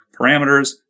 parameters